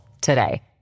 today